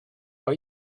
but